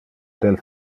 del